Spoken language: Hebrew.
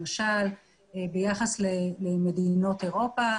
למשל ביחס למדינות אירופה,